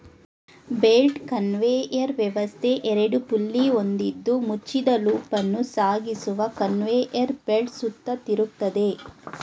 belt conveyor ವ್ಯವಸ್ಥೆ ಎರಡು pulley ಹೊಂದಿದ್ದು ಮುಚ್ಚಿದ ಲೂಪನ್ನು ಸಾಗಿಸುವ ಕನ್ವೇಯರ್ ಬೆಲ್ಟ್ ಸುತ್ತ ತಿರುಗ್ತದೆ